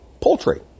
poultry